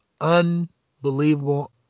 unbelievable